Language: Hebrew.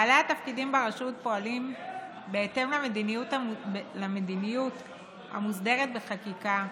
בעלי התפקידים ברשות פועלים בהתאם למדיניות המוסדרת בחקיקה,